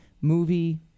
movie